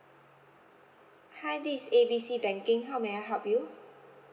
hi this is A B C banking how may I help you